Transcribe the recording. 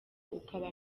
ukaba